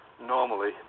normally